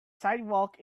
sidewalk